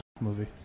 movie